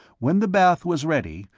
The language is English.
when the bath was ready,